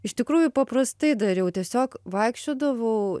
iš tikrųjų paprastai dariau tiesiog vaikščiodavau